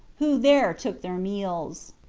who there took their meals.